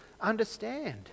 understand